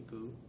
cool